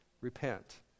repent